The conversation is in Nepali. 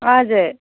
हजुर